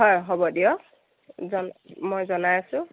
হয় হ'ব দিয়ক জন মই জনাই আছোঁ